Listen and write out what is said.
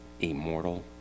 immortal